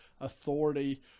authority